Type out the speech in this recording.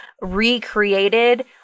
recreated